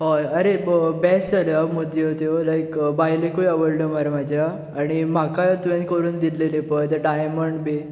आरे बेस्ट जाल्यो आं मुदयो त्यो लायक बायलेकूय आवडल्यो मरे म्हज्या आनी म्हाकाय तुवें करून दिल्ली पळय डायमंड बी